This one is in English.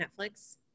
Netflix